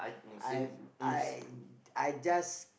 I've I I just